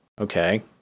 Okay